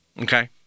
okay